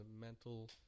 mental